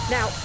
Now